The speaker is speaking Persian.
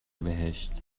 بهشت